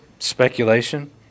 speculation